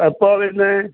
എപ്പോഴാണ് വരുന്നത്